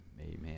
amen